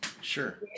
sure